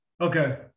Okay